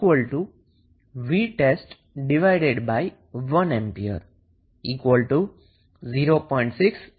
પછી RN vtest1A 0